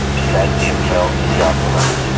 byzantium fell to the ottomans.